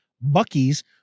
Bucky's